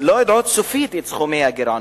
לא יודעות סופית את סכומי הגירעונות,